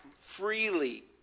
freely